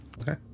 Okay